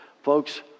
Folks